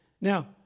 Now